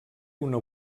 una